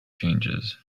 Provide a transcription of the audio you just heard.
changes